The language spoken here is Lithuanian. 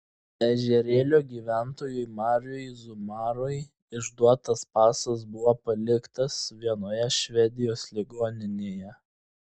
ežerėlio gyventojui mariui zumarui išduotas pasas buvo paliktas vienoje švedijos ligoninėje